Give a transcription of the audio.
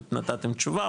נתתם תשובה,